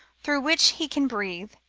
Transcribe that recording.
through which he can breathe,